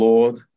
Lord